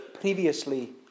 previously